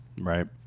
right